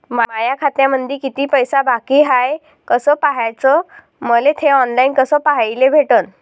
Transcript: माया खात्यामंधी किती पैसा बाकी हाय कस पाह्याच, मले थे ऑनलाईन कस पाह्याले भेटन?